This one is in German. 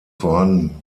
vorhanden